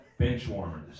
benchwarmers